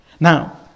Now